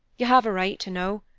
you have a right to know,